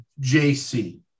jc